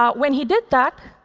um when he did that,